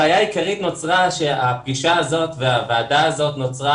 הבעיה העיקרית נוצרה והדיון מתקיים מכיוון